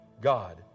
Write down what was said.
God